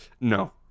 No